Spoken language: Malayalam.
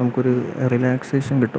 നമുക്ക് ഒരു റിലാക്സേഷൻ കിട്ടും